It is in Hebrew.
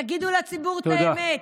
תגידו לציבור את האמת.